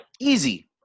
easy